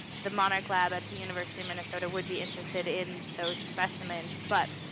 the monarch lab at the university of minnesota would be interested in those specimens. but